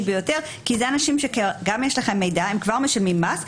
ביותר כי אלה אנשים שיש לכם עליהם מידע כי הם כבר משלמים מס,